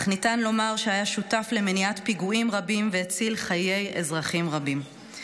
אך ניתן לומר שהיה שותף למניעת פיגועים רבים והציל חיי אזרחים רבים.